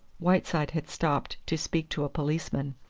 whiteside had stopped to speak to a policeman.